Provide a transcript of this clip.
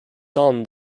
son